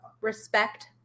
Respect